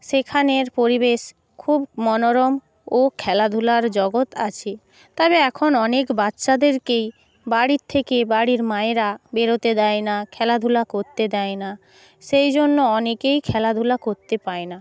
সেখানের পরিবেশ খুব মনোরম ও খেলাধূলার জগৎ আছে তবে এখন অনেক বাচ্চাদেরকেই বাড়ির থেকে বাড়ির মায়েরা বেরোতে দেয় না খেলাধূলা করতে দেয় না সেই জন্য অনেকেই খেলাধূলা করতে পায় না